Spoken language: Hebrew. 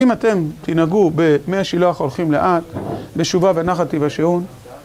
אם אתם תנהגו במי השילוח הולכים לאט, בשובה ונחת תוושעון